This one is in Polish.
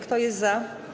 Kto jest za?